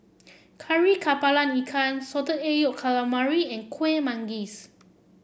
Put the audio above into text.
Kari kepala Ikan Salted Egg Yolk Calamari and Kueh Manggis